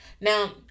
Now